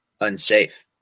unsafe